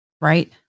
Right